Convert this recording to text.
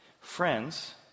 Friends